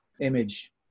image